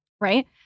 Right